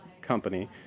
company